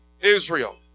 Israel